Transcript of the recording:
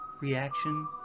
reaction